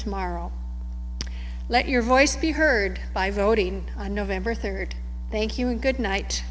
tomorrow let your voice be heard by voting on november third thank you and good night